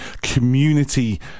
Community